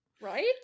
Right